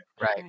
Right